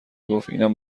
گفت، اینم